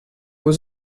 was